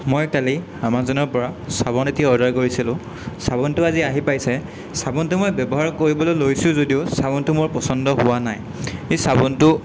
মই কালি আমাজনৰ পৰা চাবোন এটি অৰ্ডাৰ কৰিছিলোঁ চাবোনটো আজি আহি পাইছে চাবোনটো মই ব্যৱহাৰ কৰিবলৈ লৈছোঁ যদিও চাবোনটো মোৰ পচন্দ হোৱা নাই এই চাবোনটো